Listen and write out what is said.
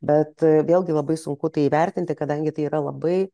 bet vėlgi labai sunku tai įvertinti kadangi tai yra labai